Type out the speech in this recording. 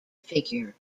figure